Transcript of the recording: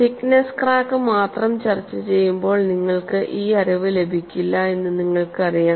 thickness crack മാത്രം ചർച്ചചെയ്യുമ്പോൾ നിങ്ങൾക്ക് ഈ അറിവ് ലഭിക്കില്ല എന്ന് നിങ്ങൾക്കറിയാം